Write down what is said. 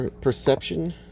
Perception